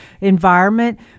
environment